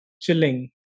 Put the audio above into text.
chilling